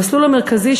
המסלול המרכזי,